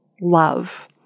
love